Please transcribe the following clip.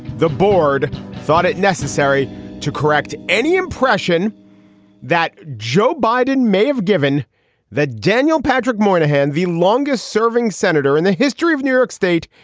the board thought it necessary to correct any impression that joe biden may have given that daniel patrick moynihan, the longest serving senator in the history of new york state,